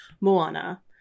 Moana